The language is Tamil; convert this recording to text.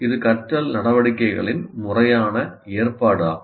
இது கற்றல் நடவடிக்கைகளின் முறையான ஏற்பாடு ஆகும்